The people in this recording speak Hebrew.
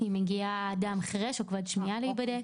אם מגיע אדם חירש או כבד-שמיעה להיבדק.